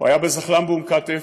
הוא היה בזחל"ם באום כתף,